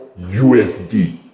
USD